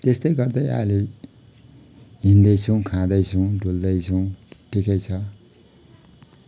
त्यस्तै गर्दै अहिले हिँड्दैछौँ खाँदैछौँ डुल्दैछौँ ठिकै छ